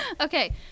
Okay